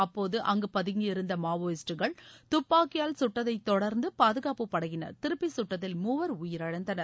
அப்போது அங்கு பதுங்கியிருந்த மாவோயிஸ்டுகள் துப்பாக்கியால் கட்டதைத் தொடர்ந்து பாதுகாப்புப் படையினர் திருப்பி சுட்டதில் மூவர் உயிரிழந்தனர்